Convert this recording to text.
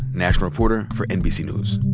national reporter for nbc news.